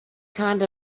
kind